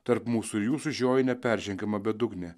tarp mūsų ir jūsų žioji neperžengiama bedugnė